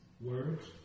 words